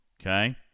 Okay